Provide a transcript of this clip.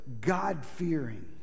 God-fearing